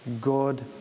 God